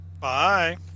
Bye